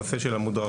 הנושא של המודרכות,